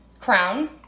crown